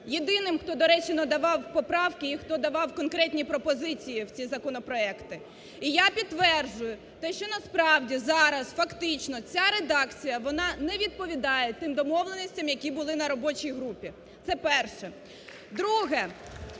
єдиним, хто, до речі, надавав поправки і хто давав конкретні пропозиції в ці законопроекти. І я підтверджую те, що насправді зараз фактично ця редакція, вона не відповідає тим домовленостям, які були на робочій групі. Це перше. Друге.